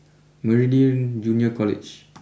Meridian Junior College